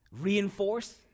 reinforce